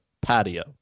patio